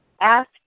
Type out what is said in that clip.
ask